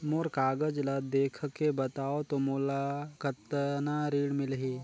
मोर कागज ला देखके बताव तो मोला कतना ऋण मिलही?